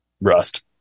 rust